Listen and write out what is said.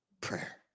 prayer